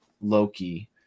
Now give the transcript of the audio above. Loki